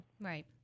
right